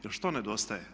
Jer što nedostaje?